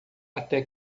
até